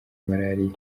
marariya